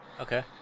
Okay